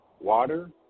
water